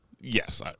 Yes